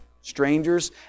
strangers